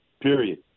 period